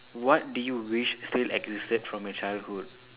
what do you wish still existed from your childhood